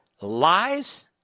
lies